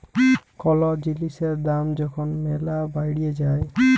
call জিলিসের দাম যখল ম্যালা বাইড়ে যায়